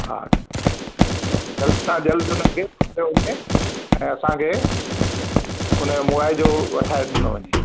हा जल्द सां जल्द उन्हनि खे पकिड़ियो वञे ऐं असांखे उन जो मुआवज़ो वठाए ॾिनो वञे